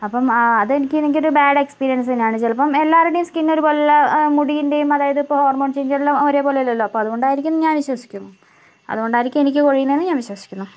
അപ്പം അതെനിക്ക് എനിക്കൊരു ബാഡ് എക്സ്പീരിയൻസ് തന്നാണ് ചിലപ്പം എല്ലാവരുടേം സ്കിൻ ഒരു പോലുള്ള മുടിന്റേം അതായത് ഇപ്പോൾ ഹോർമോൺ ചേഞ്ചെല്ലാം ഒരേ പോലെ അല്ലല്ലോ അപ്പം അതുകൊണ്ടായിരിക്കാം എന്ന് ഞാൻ വിശ്വസിക്കുന്നു അതുകൊണ്ടായിരിക്കും എനിക്ക് പൊഴിയുന്നതെന്ന് ഞാൻ വിശ്വസിക്കുന്നു